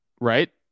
right